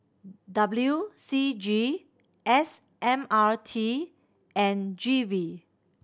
W C G S M R T and G V